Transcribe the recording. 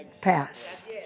pass